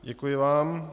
Děkuji vám.